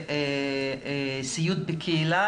סיעוד בקהילה,